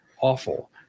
awful